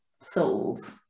souls